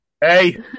Hey